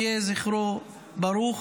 יהיה זכרו ברוך.